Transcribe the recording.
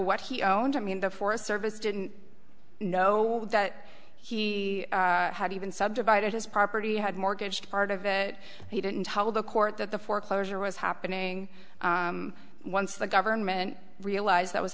what he own i mean the forest service didn't know that he had even subdivided his property had mortgaged part of it he didn't tell the court that the foreclosure was happening once the government realized that was